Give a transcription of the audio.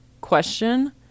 question